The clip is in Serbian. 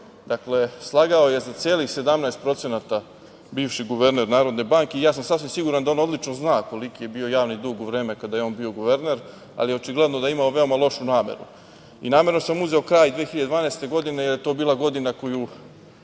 Dakle, slagao je za celih 17% bivši guverner Narodne banke, i ja sam sasvim siguran da on odlično zna koliki je bio javni dug u vreme kada je on bio guverner ali očigledno da je imao veoma lošu nameru. Namerno sam uzeo kraj 2012. godine, jer je to bila godina koju